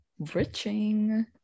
Riching